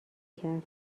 کرد